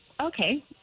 okay